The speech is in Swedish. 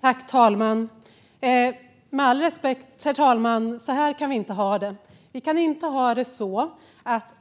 Herr talman! Med all respekt, men så här kan vi inte ha det.